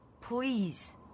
Please